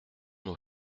nos